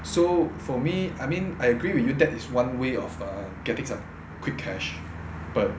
so for me I mean I agree with you that is one way of uh getting some quick cash but